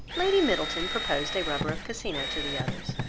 lady middleton proposed a rubber of casino to the others.